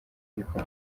niko